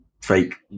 fake